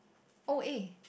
oh eh